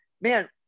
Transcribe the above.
man